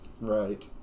Right